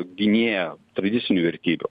gynėja tradicinių vertybių